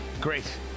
Great